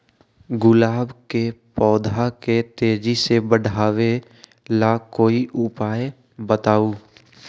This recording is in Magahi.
गुलाब के पौधा के तेजी से बढ़ावे ला कोई उपाये बताउ?